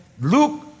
Luke